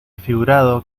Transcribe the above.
figurado